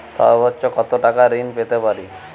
সর্বোচ্চ কত টাকা ঋণ পেতে পারি?